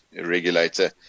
regulator